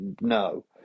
No